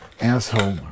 asshole